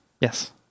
yes